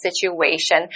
situation